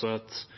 fått